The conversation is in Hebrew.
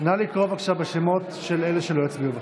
נא לקרוא בשמות של אלה שלא הצביעו עכשיו.